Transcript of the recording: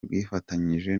rwifatanyije